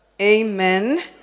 Amen